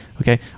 okay